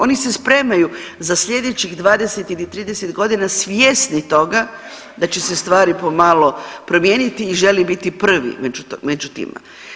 Oni se spremaju za slijedećih 20 ili 30 godina svjesni toga da će se stvari pomalo promijeniti i žele biti prvi među tima.